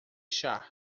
chá